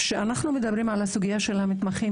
כשאנחנו מדברים על הסוגיה של המתמחים,